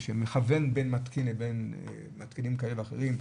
מכוון בין מתקינים כאלה ואחרים,